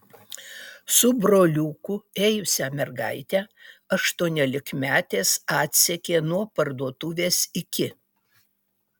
su broliuku ėjusią mergaitę aštuoniolikmetės atsekė nuo parduotuvės iki